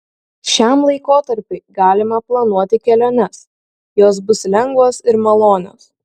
šiam laikotarpiui galima planuoti keliones jos bus lengvos ir malonios